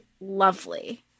lovely